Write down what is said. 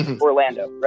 Orlando